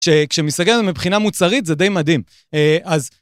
כשמסתכל על זה מבחינה מוצרית זה די מדהים, אז...